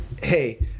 hey